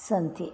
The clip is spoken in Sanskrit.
सन्ति